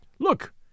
Look